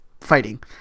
fighting